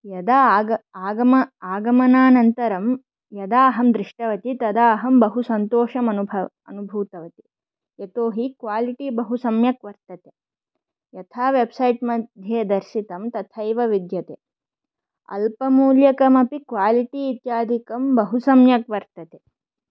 यदा आगमनान्तरं यदा अहं दृष्टवती तदा अहं बहुसन्तोषम् अनुभव् अनुभूतवती यतोहि क्वालिटी बहुसम्यक् वर्तते यथा वेबसैट् मध्ये दर्शितम् तथैव विद्यते अल्पमूल्यकमपि क्वालिटी इत्यादिकं बहुसम्यक् वर्तते